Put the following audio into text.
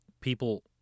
people